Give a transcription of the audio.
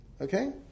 okay